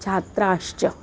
छात्राश्च